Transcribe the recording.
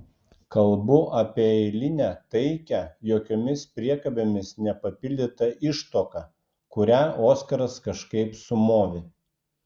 kalbu apie eilinę taikią jokiomis priekabėmis nepapildytą ištuoką kurią oskaras kažkaip sumovė